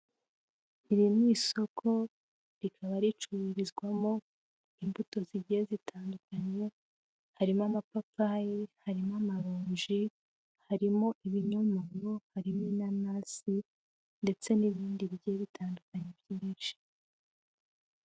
Iri ni isoko rikaba ricururizwamo imbuto zigiye zitandukanye, harimo amapapayi, harimo amaronji, harimo ibinyomoro, harimo inanasi ndetse n'ibindi bigiye bitandukanye byinshi.